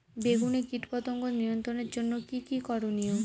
বেগুনে কীটপতঙ্গ নিয়ন্ত্রণের জন্য কি কী করনীয়?